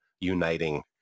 uniting